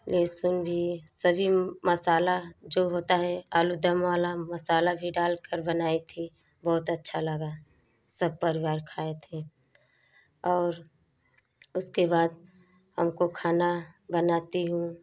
लहसुन भी सभी मसाला जो होता है आलूदम वाला मसाला भी डालकर बनाई थी बहुत अच्छा लगा सब परिवार खाए थे और उसके बाद हमको खाना बनाती हूँ